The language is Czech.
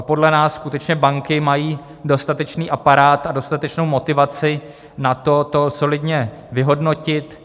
Podle nás skutečně banky mají dostatečný aparát a dostatečnou motivaci na to, solidně to vyhodnotit.